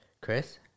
Chris